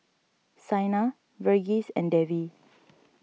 Saina Verghese and Devi